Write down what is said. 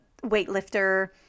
weightlifter